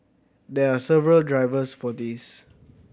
there are several drivers for this